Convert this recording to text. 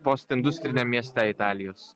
postindustriniam mieste italijos